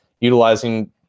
utilizing